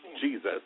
Jesus